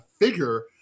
figure